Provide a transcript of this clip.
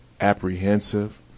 apprehensive